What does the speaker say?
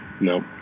No